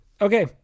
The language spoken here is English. okay